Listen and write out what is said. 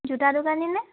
জোতা দোকানীনে